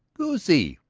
goosey!